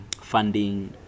funding